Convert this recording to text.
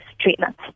treatment